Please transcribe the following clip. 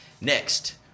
Next